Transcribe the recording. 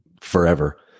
forever